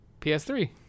PS3